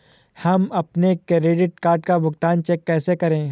हम अपने credit card का भुगतान चेक से कैसे करें?